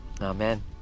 Amen